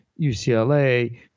UCLA